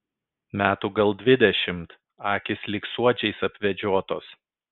metų gal dvidešimt akys lyg suodžiais apvedžiotos